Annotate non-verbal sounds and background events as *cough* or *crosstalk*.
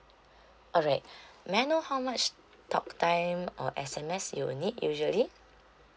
alright *breath* may I know how much talk time or S_M_S you will need usually